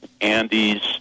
Andy's